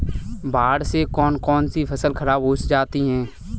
बाढ़ से कौन कौन सी फसल खराब हो जाती है?